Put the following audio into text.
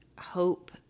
hope